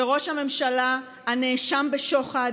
וראש הממשלה הנאשם בשוחד